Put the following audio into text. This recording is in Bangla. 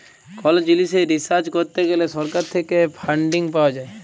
কল জিলিসে রিসার্চ করত গ্যালে সরকার থেক্যে ফান্ডিং পাওয়া যায়